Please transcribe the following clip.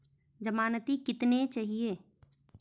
ज़मानती कितने चाहिये?